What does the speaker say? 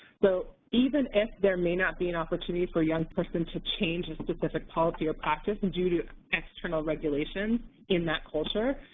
so even if there may not be an opportunity for a young person to change his specific policy or practice and due to external regulations in that culture,